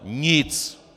Nic!